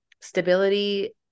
stability